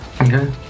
Okay